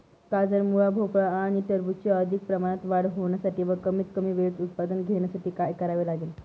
गाजर, मुळा, भोपळा आणि टरबूजाची अधिक प्रमाणात वाढ होण्यासाठी व कमीत कमी वेळेत उत्पादन घेण्यासाठी काय करावे लागेल?